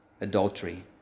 adultery